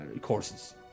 courses